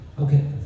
okay